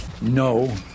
No